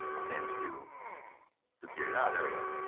audience view disappeared. ah, there we are.